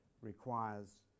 requires